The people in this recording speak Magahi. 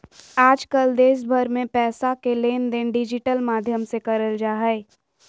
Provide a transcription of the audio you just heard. आजकल देश भर मे पैसा के लेनदेन डिजिटल माध्यम से करल जा हय